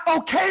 okay